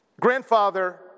grandfather